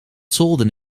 solden